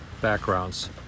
backgrounds